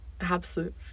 absolute